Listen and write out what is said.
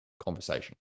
Conversation